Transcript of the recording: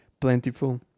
plentiful